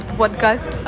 podcast